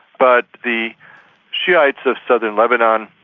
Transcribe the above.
but the shiites of southern lebanon,